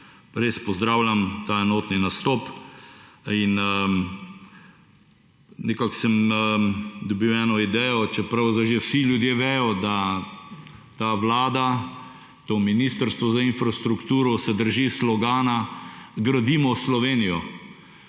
Res pozdravljam ta enotni nastop. Nekako sem dobil eno idejo, čeprav sedaj že vsi vedo, da ta Vlada to Ministrstvo za infrastrukturo se drži slogana »Gradimo Slovenijo«.